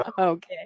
Okay